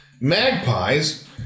Magpies